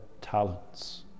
talents